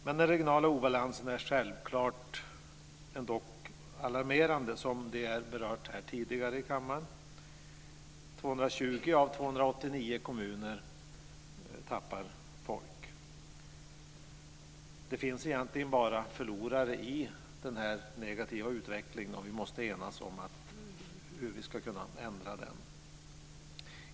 Den regionala obalansen är självfallet alarmerande, som också har berörts tidigare här i kammaren. 220 av 289 kommuner tappar folk. Det finns egentligen bara förlorare i den här negativa utvecklingen, och vi måste komma överens om hur vi ska kunna ändra den.